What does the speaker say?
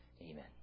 Amen